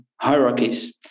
hierarchies